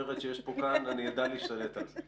אדע להשתלט על זה.